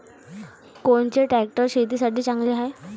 कोनचे ट्रॅक्टर शेतीसाठी चांगले हाये?